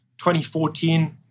2014